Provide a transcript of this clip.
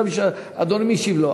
גם כשאדוני משיב לו.